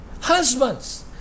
husbands